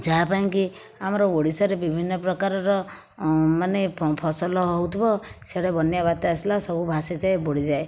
ଯାହା ପାଇଁ କି ଆମର ଓଡ଼ିଶାରେ ବିଭିନ୍ନ ପ୍ରକାରର ମାନେ ଫସଲ ହେଉଥିବ ସିଆଡ଼େ ବନ୍ୟା ବାତ୍ୟା ଆସିଲା ସବୁ ଭାସିଯାଏ ବୁଡ଼ିଯାଏ